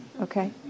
okay